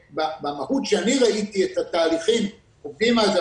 במהות שאני ראיתי א התהליכים עובדים אז,